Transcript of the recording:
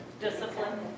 Discipline